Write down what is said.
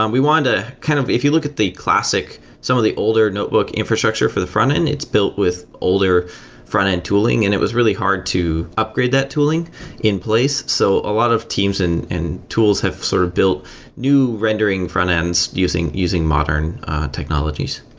um we wanted to kind of if you look at the classic, some of the older notebook infrastructure for the frontend, it's built with older frontend tooling and it was really hard to upgrade that tooling in place. so a lot of teams and tools have sort of built new rendering frontends using using modern technologies.